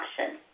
option